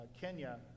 Kenya